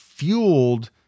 Fueled